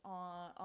on